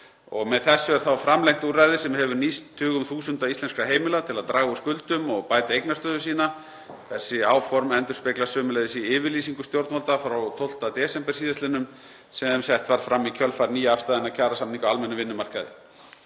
Með þessu er þá framlengt úrræði sem hefur nýst tugum þúsunda íslenskra heimila til að draga úr skuldum og bæta eignastöðu sína. Þessi áform endurspeglast sömuleiðis í yfirlýsingu stjórnvalda frá 12. desember sl. sem sett var fram í kjölfar nýafstaðinna kjarasamninga á almennum vinnumarkaði.